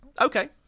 okay